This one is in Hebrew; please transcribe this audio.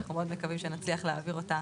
אנחנו מאוד מקווים שנצליח להעביר אותה